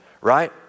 right